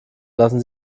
lassen